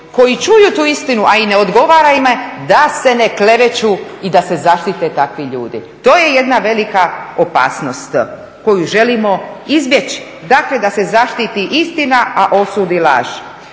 koji čuju tu istinu, a i ne odgovara im, da se ne kleveću i da se zaštite takvi ljudi. To je jedna velika opasnost koju želimo izbjeći, dakle da se zaštiti istina, a osudi laž.